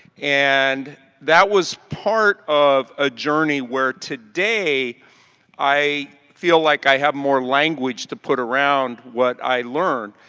and that was part of a journey where today i feel like i have more language to put around what i learn.